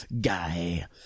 guy